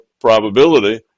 probability